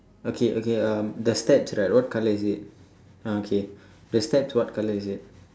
okay okay um the steps right what colour is it uh okay the steps what colour is it